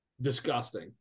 Disgusting